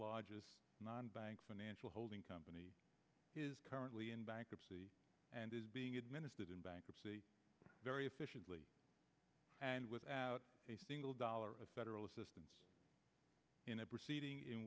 largest non bank financial holding company is currently in bankruptcy and is being administered in bankruptcy very efficiently and without a single dollar of federal assistance in a proceeding in